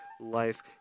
life